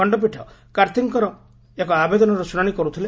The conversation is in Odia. ଖଣ୍ଡପୀଠ କାର୍ତ୍ତିଙ୍କର ଏକ ଆବେଦନର ଶୁଣାଣି କରୁଥିଲେ